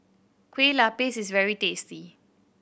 Kueh Lapis is very tasty